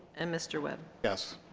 and mr. webb yes